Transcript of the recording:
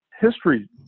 history